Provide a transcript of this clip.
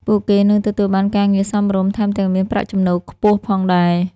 ពួកគេនឹងទទួលបានការងារសមរម្យ ថែមទាំងមានប្រាក់ចំណូលខ្ពស់ផងដែរ។